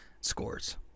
scores